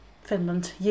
Finland